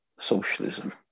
socialism